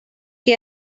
que